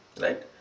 Right